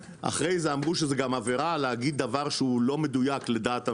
אחרי זה אמרו שזו גם עבירה להגיד דבר שהוא לא מדויק לדעת הממשלה.